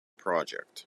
project